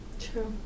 true